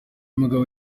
mugabo